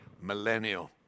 millennial